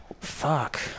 Fuck